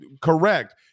Correct